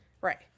Right